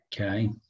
Okay